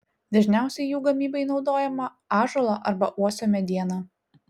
dažniausiai jų gamybai naudojama ąžuolo arba uosio mediena